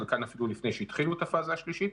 חלקן לפני שאפילו לפני שהתחילו את הפאזה השלישית.